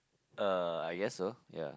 uh I guessed so ya